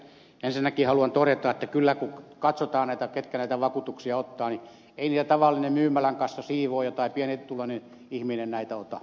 ensinnäkin haluan todeta että kyllä kun katsotaan ketkä näitä vakuutuksia ottavat ei niitä tavallinen myymälän kassa siivooja tai pienituloinen ihminen ota